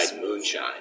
moonshine